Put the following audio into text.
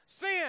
Sin